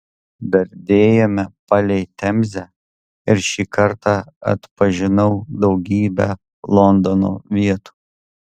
dardėjome palei temzę ir šį kartą atpažinau daugybę londono vietų